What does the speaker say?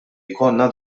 jkollna